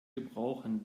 gebrauchen